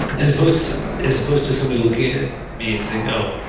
as was as opposed to somebody looking at me and saying, oh,